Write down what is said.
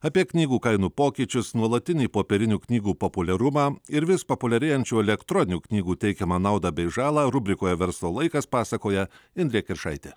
apie knygų kainų pokyčius nuolatinį popierinių knygų populiarumą ir vis populiarėjančių elektroninių knygų teikiamą naudą bei žalą rubrikoje verslo laikas pasakoja indrė kiršaitė